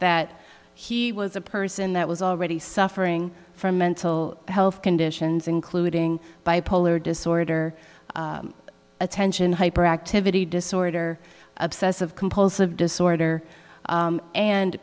that he was a person that was already suffering from mental health conditions including bipolar disorder attention hyperactivity disorder obsessive compulsive